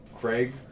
Craig